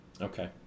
okay